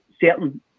certain